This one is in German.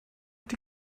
die